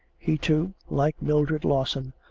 he, too, like mildred lawson,